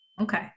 Okay